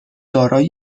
دارای